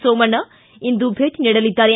ಸೋಮಣ್ಣ ಇಂದು ಭೇಟಿ ನೀಡಲಿದ್ದಾರೆ